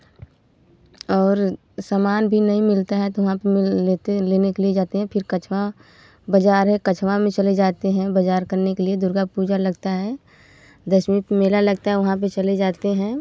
और सामान भी नहीं मिलता है तो वहाँ पर मिल लेते लेने के लिए जाते हैं फिर कछुआ बाजार है कछुआ में चले जाते हैं बजार करने के लिए दुर्गा पूजा लगता है दसवीं का मेला लगता है वहाँ पर चले जाते हैं